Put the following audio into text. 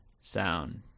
sound